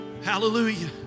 Hallelujah